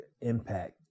impact